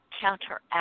counteract